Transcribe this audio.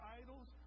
idols